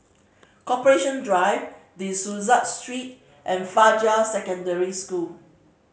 Corporation Drive De Souza Street and Fajar Secondary School